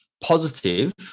positive